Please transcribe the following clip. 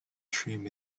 trim